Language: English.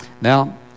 Now